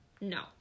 No